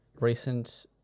recent